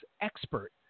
expert